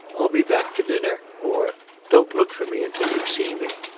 i'll be back for dinner, or don't look for me until you see me.